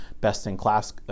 best-in-class